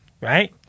right